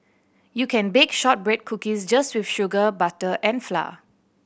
you can bake shortbread cookies just with sugar butter and flour